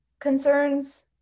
concerns